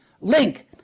link